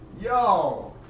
Yo